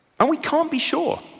and we can't be sure.